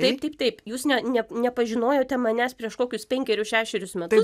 taip taip taip jūs ne nep nepažinojote manęs prieš kokius penkerius šešerius metus